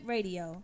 Radio